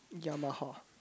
Yamaha